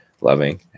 loving